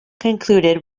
concluded